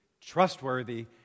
Trustworthy